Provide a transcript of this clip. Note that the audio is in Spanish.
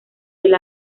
del